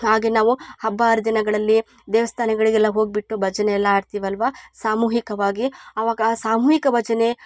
ಹಾಗೇ ನಾವು ಹಬ್ಬ ಹರಿದಿನಗಳಲ್ಲಿ ದೇವಸ್ಥಾನಗಳಿಗೆಲ್ಲ ಹೋಗಿಬಿಟ್ಟು ಭಜನೆಯಲ್ಲ ಹಾಡ್ತಿವಲ್ವ ಸಾಮೂಹಿಕವಾಗಿ ಅವಾಗ ಆ ಸಾಮೂಹಿಕ ಭಜನೆ